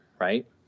right